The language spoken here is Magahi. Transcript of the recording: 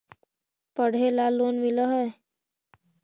पढ़े ला लोन मिल है?